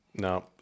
No